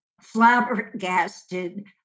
flabbergasted